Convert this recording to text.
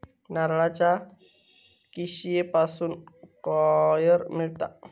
नारळाच्या किशीयेपासून कॉयर मिळता